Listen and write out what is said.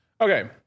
okay